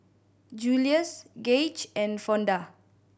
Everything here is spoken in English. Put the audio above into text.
Julius Gaige and Fonda